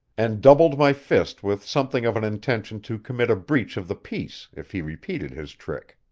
and doubled my fist with something of an intention to commit a breach of the peace if he repeated his trick.